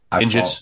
Injured